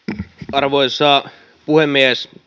arvoisa puhemies